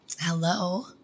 Hello